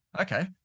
okay